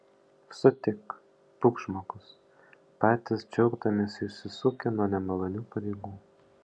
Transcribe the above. sutik būk žmogus patys džiaugdamiesi išsisukę nuo nemalonių pareigų